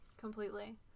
Completely